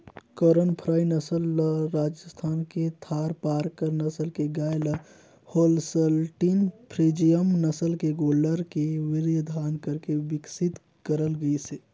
करन फ्राई नसल ल राजस्थान के थारपारकर नसल के गाय ल होल्सटीन फ्रीजियन नसल के गोल्लर के वीर्यधान करके बिकसित करल गईसे